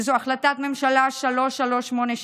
שזו החלטת ממשלה 3382,